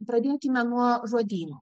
pradėkime nuo žodyno